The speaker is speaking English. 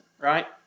right